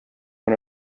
one